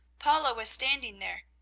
paula was standing there.